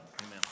Amen